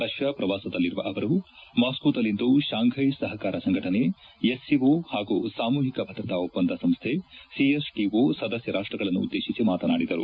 Russia ಪ್ರವಾಸದಲ್ಲಿರುವ ಅವರು ಮಾಸ್ಗೋದಲ್ಲಿಂದು ಶಾಂಫ್ಗೆ ಸಹಕಾರ ಸಂಘಟನೆ ಎಸ್ಸಿಒ ಹಾಗೂ ಸಾಮೂಹಿಕ ಭಧ್ರತಾ ಒಪ್ತಂದ ಸಂಸ್ನೆ ಸಿಎಸ್ಟಿಒ ಸದಸ್ನ ರಾಷ್ಟಗಳನ್ನು ಉದ್ದೇಶಿಸಿ ಮಾತನಾಡಿದರು